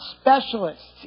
specialists